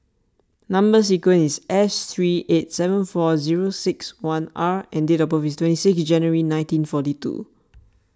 Number Sequence is S three eight seven four zero six one R and date of birth is twenty six January nineteen forty two